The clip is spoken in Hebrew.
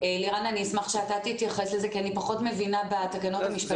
אני אשמח שלירן יתייחס לזה כי אני פחות מבינה בתקנות המשפטיות.